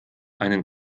einen